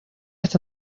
está